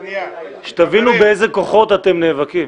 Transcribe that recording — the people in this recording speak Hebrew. שתבינו באיזה כוחות אתם נאבקים.